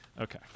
Okay